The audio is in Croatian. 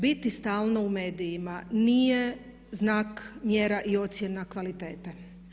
Biti stalno u medijima nije znak, mjera i ocjena kvalitete.